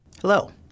Hello